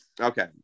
Okay